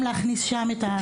להכניס גם שם את זה.